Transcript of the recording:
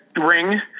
ring